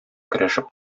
көрәшеп